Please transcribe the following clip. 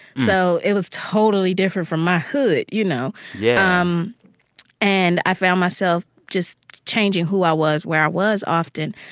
so it was totally different from my hood, you know yeah um and i found myself just changing who i was, where i was often.